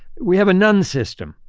we have a none system.